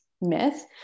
myth